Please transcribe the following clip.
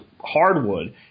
hardwood